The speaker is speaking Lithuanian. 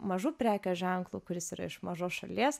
mažu prekės ženklu kuris yra iš mažos šalies